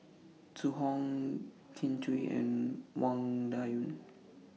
Zhu Hong Kin Chui and Wang Dayuan